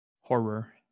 Horror